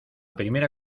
primera